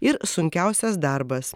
ir sunkiausias darbas